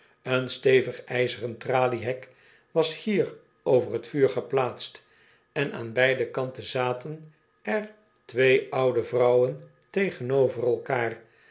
een stevig ijzeren traliewerk was hier over t vuur geplaatst en aan beide kanten zaten er twee oude vrouwen tegenover elkaar